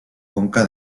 conca